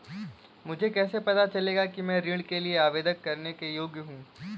मुझे कैसे पता चलेगा कि मैं ऋण के लिए आवेदन करने के योग्य हूँ?